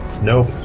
Nope